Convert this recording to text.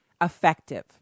effective